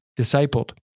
discipled